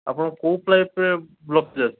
ଆପଣଙ୍କର କେଉଁ ପ୍ଲେଟ୍ରେ ବ୍ଲକେଜ୍ ଅଛି